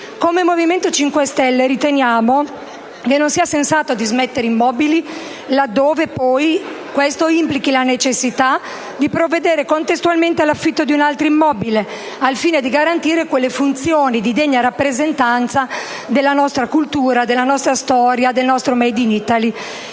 Come Movimento 5 Stelle riteniamo che non sia sensato dismettere immobili laddove, poi, questo implichi la necessità di provvedere contestualmente all'affitto di un altro immobile al fine di garantire le funzioni di degna rappresentanza della nostra cultura, della nostra storia, del nostro *made in Italy*.